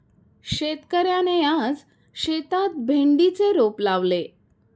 शेतकऱ्याने आज शेतात भेंडीचे रोप लावले